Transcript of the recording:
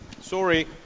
Sorry